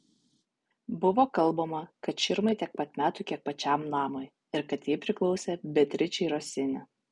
buvo kalbama kad širmai tiek pat metų kiek pačiam namui ir kad ji priklausė beatričei rosini